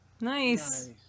Nice